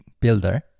builder